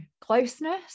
closeness